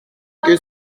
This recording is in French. que